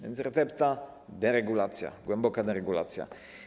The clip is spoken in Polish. Więc recepta: deregulacja, głęboka deregulacja.